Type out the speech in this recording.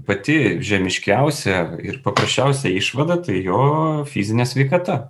pati žemiškiausia ir paprasčiausia išvada tai jo fizinė sveikata